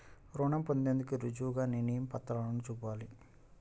రుణం పొందేందుకు రుజువుగా నేను ఏ పత్రాలను చూపాలి?